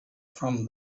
from